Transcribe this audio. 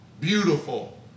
beautiful